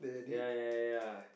ya ya ya